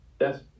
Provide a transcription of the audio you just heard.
Yes